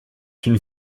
une